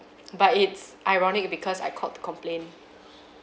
but it's ironic because I called to complain